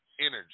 energy